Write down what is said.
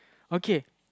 okay